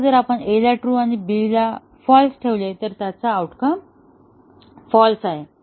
आता जर आपण A ला ट्रू आणि B हे फाँल्स ठेवले तर त्याचा आऊटकम फाल्स आहे